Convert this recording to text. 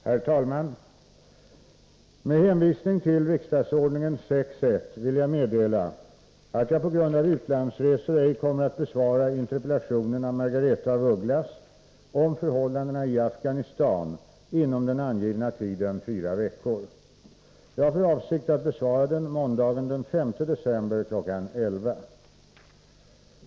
Herr talman! Med hänvisning till riksdagsordningen 6 kap. 1 § vill jag meddela att jag på grund av utlandsresor ej kommer att besvara interpellationen av Margaretha af Ugglas om förhållandena i Afghanistan inom den angivna tiden fyra veckor. Jag har för avsikt att besvara den måndagen den 5 december kl. 11.00.